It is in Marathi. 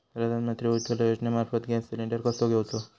प्रधानमंत्री उज्वला योजनेमार्फत गॅस सिलिंडर कसो घेऊचो?